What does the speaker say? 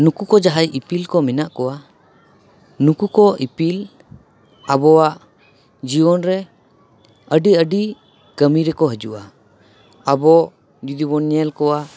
ᱱᱩᱠᱩ ᱡᱟᱦᱟᱸᱭ ᱤᱯᱤᱞ ᱠᱚ ᱢᱮᱱᱟᱜ ᱠᱚᱣᱟ ᱱᱩᱠᱩ ᱠᱚ ᱤᱯᱤᱞ ᱟᱵᱚᱣᱟᱜ ᱡᱤᱭᱚᱱ ᱨᱮ ᱟᱹᱰᱤ ᱟᱹᱰᱤ ᱠᱟᱹᱢᱤ ᱨᱮᱠᱚ ᱦᱤᱡᱩᱜᱼᱟ ᱟᱵᱚ ᱡᱩᱫᱤ ᱵᱚᱱ ᱧᱮᱞ ᱠᱚᱣᱟ